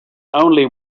only